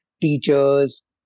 teachers